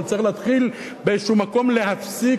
אבל צריך להתחיל באיזה מקום להפסיק